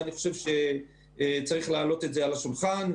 ואני חושב שצריך להעלות את זה על השולחן,